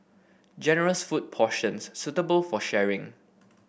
generous food portions suitable for sharing